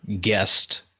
guest